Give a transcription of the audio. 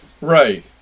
Right